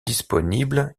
disponible